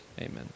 Amen